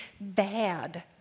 bad